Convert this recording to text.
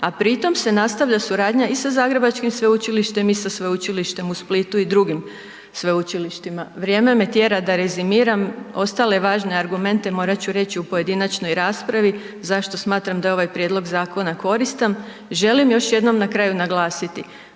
a pri tom se nastavlja suradnja i sa zagrebačkim sveučilištem i sa sveučilištem u Splitu i drugim sveučilištima. Vrijeme me tjera da rezimiram, ostale važne argumente morat ću reći u pojedinačnoj raspravi, zašto smatram da je ovaj prijedlog zakona koristan. Želim još jednom na kraju naglasiti